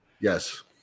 Yes